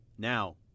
Now